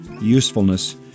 usefulness